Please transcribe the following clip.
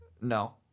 No